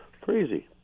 Crazy